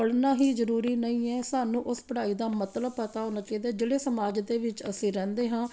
ਪੜ੍ਹਨਾ ਹੀ ਜ਼ਰੂਰੀ ਨਹੀਂ ਹੈ ਸਾਨੂੰ ਉਸ ਪੜ੍ਹਾਈ ਦਾ ਮਤਲਬ ਪਤਾ ਹੋਣਾ ਚਾਹੀਦਾ ਜਿਹੜੇ ਸਮਾਜ ਦੇ ਵਿੱਚ ਅਸੀਂ ਰਹਿੰਦੇ ਹਾਂ